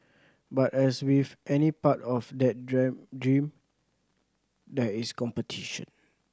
but as with any part of that dream there is competition